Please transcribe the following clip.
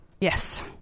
Yes